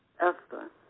Esther